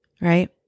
right